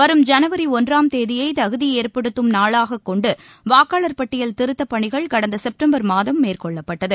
வரும் ஜனவரி ஒன்றாம் தேதியை தகுதி ஏற்றுபடுத்தும் நாளாகக் கொண்டு வாக்காளர் பட்டியல் திருத்தப் பணிகள் கடந்த செப்டம்பர் மாதம் மேற்கொள்ளப்பட்டது